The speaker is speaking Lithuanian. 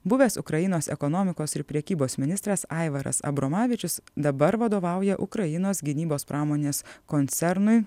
buvęs ukrainos ekonomikos ir prekybos ministras aivaras abromavičius dabar vadovauja ukrainos gynybos pramonės koncernui